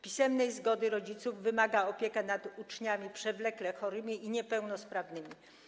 Pisemnej zgody rodziców wymaga opieka nad uczniami przewlekle chorymi i niepełnosprawnymi.